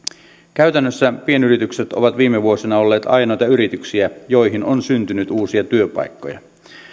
käytännössä pienyritykset ovat viime vuosina olleet ainoita yrityksiä joihin on syntynyt uusia työpaikkoja